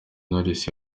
knowless